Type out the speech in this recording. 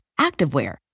activewear